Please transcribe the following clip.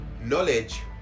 Knowledge